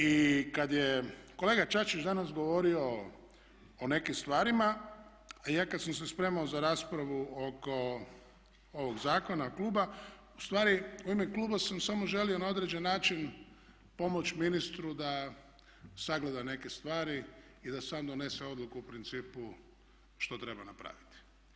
I kad je kolega Čačić danas govorio o nekim stvarima a ja kad sam se spremao za raspravu oko ovog zakona kluba ustvari u ime kluba sam samo želio na određen način pomoći ministru da sagleda neke stvari i da sam donese odluku u principu što treba napraviti.